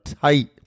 tight